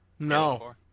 No